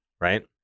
right